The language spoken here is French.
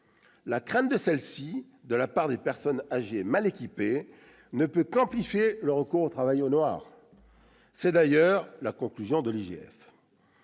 La crainte de celles-ci, de la part de personnes âgées mal équipées, ne peut qu'amplifier le recours au travail au noir. C'est d'ailleurs la conclusion de l'IGF.